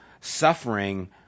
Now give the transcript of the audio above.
suffering